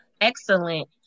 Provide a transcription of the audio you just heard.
excellent